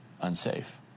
unsafe